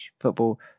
football